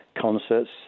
concerts